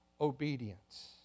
obedience